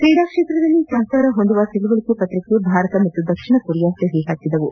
ಕ್ರೀಡಾ ಕ್ಷೇತ್ರದಲ್ಲಿ ಸಹಕಾರ ಹೊಂದುವ ತಿಳಿವಳಿಕೆ ಪತ್ರಕ್ಷೆ ಭಾರತ ಮತ್ತು ದಕ್ಷಿಣ ಕೊರಿಯಾ ಸಹಿ ಹಾಕಿವೆ